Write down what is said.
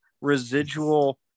residual